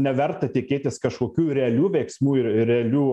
neverta tikėtis kažkokių realių veiksmų ir realių